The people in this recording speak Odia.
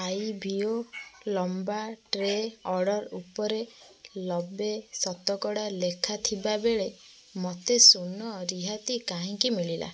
ଆଇ ଭି ଓ ଲମ୍ବା ଟ୍ରେ ଅର୍ଡ଼ର୍ ଉପରେ ନବେ ଶତକଡ଼ା ଲେଖା ଥିବାବେଳେ ମୋତେ ଶୂନ ରିହାତି କାହିଁକି ମିଳିଲା